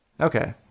Okay